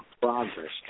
progress